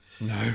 No